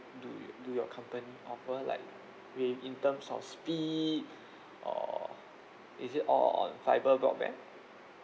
do your do your company offer like with in terms of speed or is it all on fibre broadband